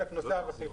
ראשית, נושא המחיצות.